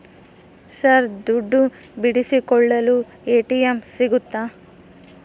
Sir ದುಡ್ಡು ಬಿಡಿಸಿಕೊಳ್ಳಲು ATM ಸಿಗುತ್ತಾ?